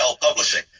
Publishing